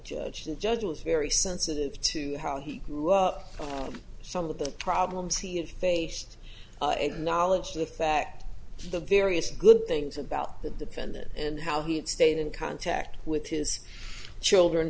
judge the judge was very sensitive to how he grew up some of the problems he is faced and knowledge the fact the various good things about the defendant and how he stayed in contact with his children